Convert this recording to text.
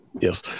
yes